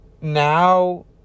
now